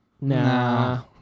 Nah